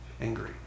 angry